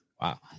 Wow